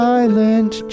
Silent